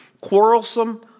quarrelsome